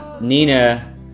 Nina